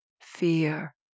fear